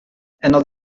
ändert